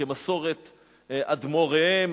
כמסורת אדמו"רם,